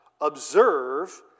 observe